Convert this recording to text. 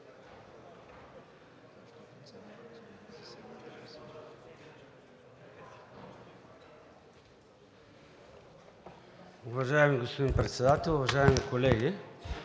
Уважаеми господин Председател, уважаеми колеги!